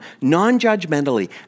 non-judgmentally